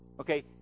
Okay